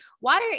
Water